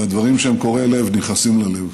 והדברים שהם קורעי לב נכנסים ללב.